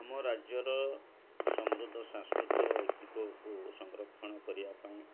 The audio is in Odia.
ଆମ ରାଜ୍ୟର ସମୃଦ୍ଧ ସାଂସ୍କୃତିକ ଐତିହ୍ୟକୁ ସଂରକ୍ଷଣ କରିବା ପାଇଁ